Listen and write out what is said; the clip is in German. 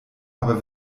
aber